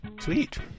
Sweet